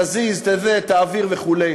תזיז, תעביר וכו'.